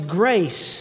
grace